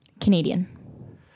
Canadian